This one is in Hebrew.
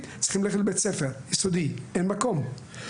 צריכים ללכת לבית ספר יסודי אין מקום.